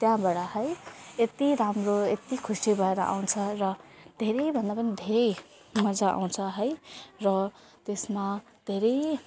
त्यहाँबाट है यति राम्रो यति खुसी भएर आउँछ र धेरैभन्दा पनि धेरै मजा आउँछ है र त्यसमा धेरै